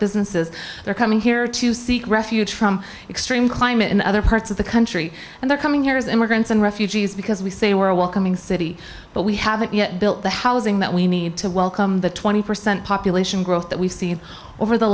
businesses they're coming here to seek refuge from extreme climate in other parts of the country and they're coming here as immigrants and refugees because we say we're a welcoming city but we haven't yet built the housing that we need to welcome the twenty percent population growth that we've seen over the